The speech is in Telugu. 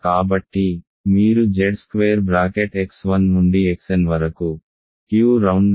కాబట్టి మీరు Z స్క్వేర్ బ్రాకెట్ x1 నుండి Xn వరకు Q రౌండ్ బ్రాకెట్ x1 నుండి Xn వరకు తీసుకోవాలి